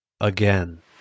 again